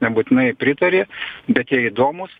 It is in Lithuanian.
nebūtinai pritari bet jie įdomūs